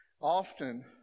often